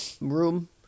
room